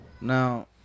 Now